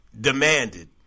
demanded